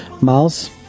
Miles